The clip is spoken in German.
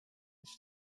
ich